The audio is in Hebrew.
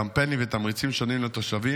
קמפיינים ותמריצים שונים לתושבים,